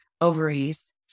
ovaries